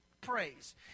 praise